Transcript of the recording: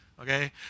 okay